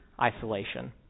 isolation